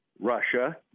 Russia